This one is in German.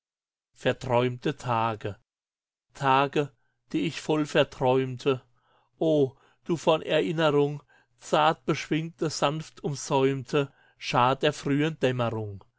armen wiegt tage die ich voll verträumte oh du von erinnerung zart beschwingte sanft umsäumte schar der frühen dämmerung